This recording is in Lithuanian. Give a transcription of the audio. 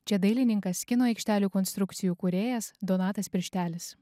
čia dailininkas kino aikštelių konstrukcijų kūrėjas donatas pirštelis